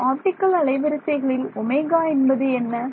இந்த ஆப்டிக்கல் அலைவரிசைகளில் ஒமேகா என்பது என்ன